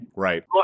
Right